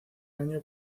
año